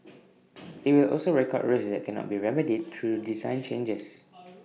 IT will also record risks cannot be remedied through design changes